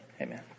amen